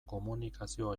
komunikazio